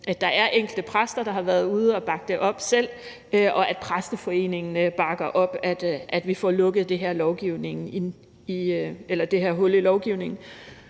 at der er enkelte præster, der selv har været ude at bakke det op, og at Præsteforeningen bakker op om, at vi får lukket det her hul i lovgivningen,